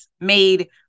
made